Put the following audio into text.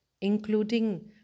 including